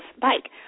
bike